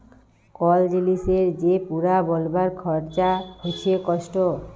call জিলিসের যে পুরা বলবার খরচা হচ্যে কস্ট